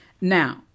Now